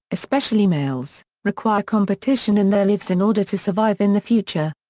especially males, require competition in their lives in order to survive in the future.